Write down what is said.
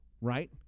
right